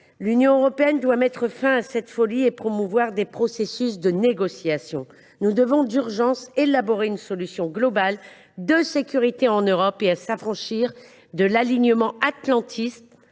L’Union européenne doit mettre fin à cette folie et promouvoir des processus de négociation. Nous devons d’urgence élaborer une solution globale de sécurité en Europe et nous affranchir de l’alignement atlantiste,